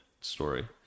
story